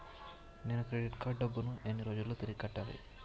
నేను credit card డబ్బును ఎన్ని రోజుల్లో తిరిగి కట్టాలి?